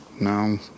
No